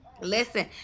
Listen